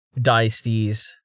Diestes